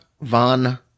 von